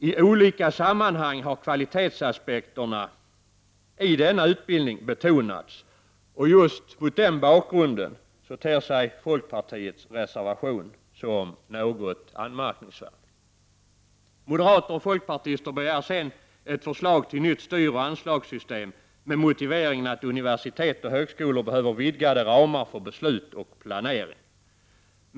I olika sammanhang har kvalitetsaspekterna i denna utbildning betonats. Mot den bakgrunden ter sig folkpartiets reservation som något anmärkningsvärd. Moderater och folkpartister begär sedan förslag till nytt styroch anslagssystem med motiveringen att universitet och högskolor behöver vidgade ramar för beslut och planering.